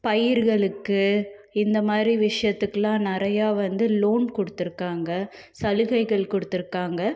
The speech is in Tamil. பயிர்களுக்கு இந்தமாதிரி விஷயத்துக்குலாம் நிறையா வந்து லோன் கொடுத்துருக்காங்க சலுகைகள் கொடுத்துருக்காங்க